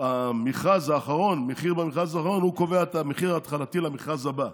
המחיר במכרז האחרון קובע את המחיר ההתחלתי למכרז הבא,